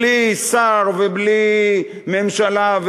בלי שר ובלי ממשלה.